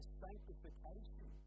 sanctification